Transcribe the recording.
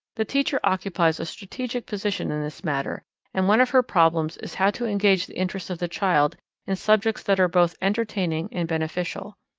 the teacher occupies a strategic position in this matter, and one of her problems is how to engage the interest of the child in subjects that are both entertaining and beneficial.